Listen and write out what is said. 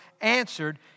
answered